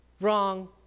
wrong